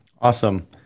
Awesome